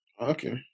Okay